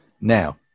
Now